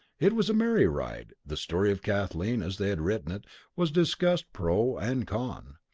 it was a merry ride. the story of kathleen as they had written it was discussed pro and con.